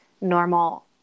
normal